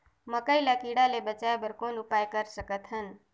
मकई ल कीड़ा ले बचाय बर कौन उपाय कर सकत हन?